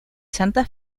santa